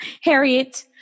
Harriet